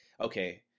okay